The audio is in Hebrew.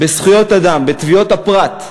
בזכויות אדם, בתביעות הפרט,